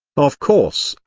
of course,